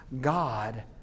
God